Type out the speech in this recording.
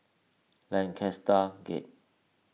Lancaster Gate